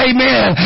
Amen